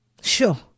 Sure